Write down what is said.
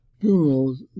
funerals